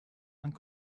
and